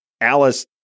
Alice